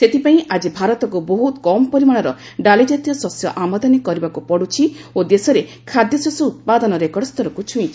ସେଥିପାଇଁ ଆଜି ଭାରତକୁ ବହୁତ କମ୍ ପରିମାଣର ଡାଲିଜାତୀୟ ଶସ୍ୟ ଆମଦାନୀ କରିବାକୁ ପଡ଼ୁଛି ଓ ଦେଶରେ ଖାଦ୍ୟଶସ୍ୟ ଉତ୍ପାଦନ ରେକର୍ଡ ସ୍ତରକୁ ଛୁଇଁଛି